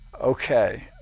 Okay